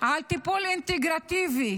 על טיפול אינטגרטיבי